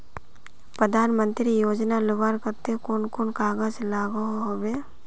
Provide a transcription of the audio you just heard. प्रधानमंत्री योजना लुबार केते कुन कुन कागज लागोहो होबे?